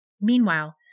Meanwhile